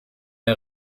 der